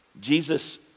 Jesus